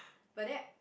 but then